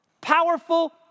Powerful